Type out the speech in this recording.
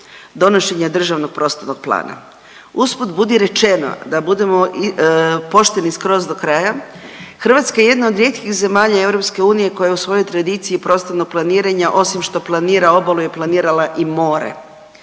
donošenje državnog prostornog plana, usput budi rečeno i da budemo pošteni skroz do kraja, Hrvatska je jedna od rijetkih zemalja EU koja u svojoj tradiciji prostornog planiranja osim što planira obalu je planirala i more,